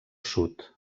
sud